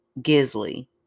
gizly